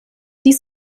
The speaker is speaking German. dies